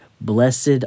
Blessed